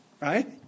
Right